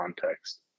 context